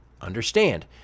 understand